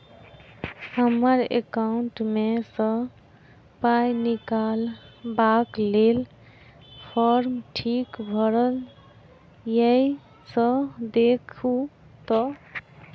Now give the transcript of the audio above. हम्मर एकाउंट मे सऽ पाई निकालबाक लेल फार्म ठीक भरल येई सँ देखू तऽ?